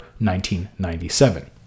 1997